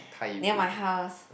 near my house